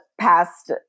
past